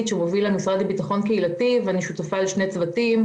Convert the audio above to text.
שמוביל המשרד לקידום חברתי ואני שותפה לשני צוותים,